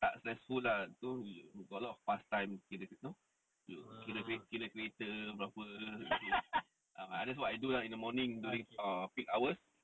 tak stressful lah tu you got a lot of pass time kira kereta berapa ah that is what I do lah in the morning during err peak hours